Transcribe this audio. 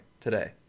today